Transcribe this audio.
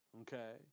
Okay